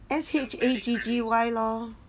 S H A G G Y lor